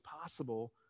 possible